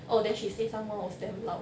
oh then she say someone was damn loud